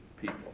people